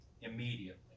immediately